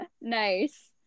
Nice